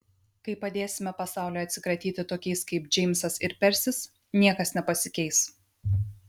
kai padėsime pasauliui atsikratyti tokiais kaip džeimsas ir persis niekas nepasikeis